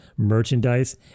merchandise